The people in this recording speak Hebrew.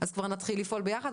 אז כבר נתחיל לפעול ביחד,